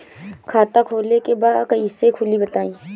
खाता खोले के बा कईसे खुली बताई?